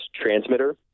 transmitter